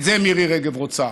את זה מירי רגב רוצה,